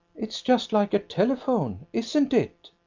it's just like a telephone, isn't it?